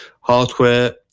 hardware